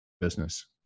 business